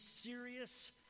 serious